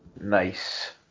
Nice